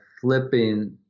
flipping